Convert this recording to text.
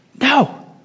No